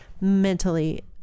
mentally